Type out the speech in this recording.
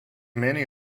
many